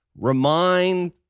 remind